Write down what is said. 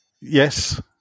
Yes